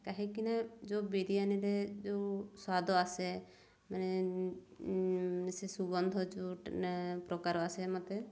କାହିଁକିନା ଯେଉଁ ବିରିୟାନୀରେ ଯେଉଁ ସ୍ୱାଦ ଆସେ ମାନେ ସେ ସୁଗନ୍ଧ ଯେଉଁ ପ୍ରକାର ଆସେ ମୋତେ